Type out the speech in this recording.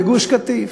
בגוש-קטיף.